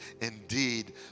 indeed